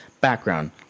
background